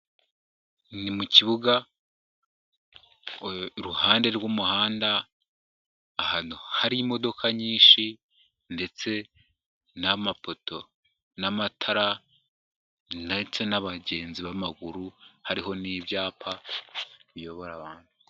Ni mu kibuga iruhande rw'umuhanda ahantu hari imodoka nyinshi ndetse n'amapoto n'amatara ndetse n'abagenzi b'amaguru, hariho n'ibyapa biyobora abantu.